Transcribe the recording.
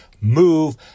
move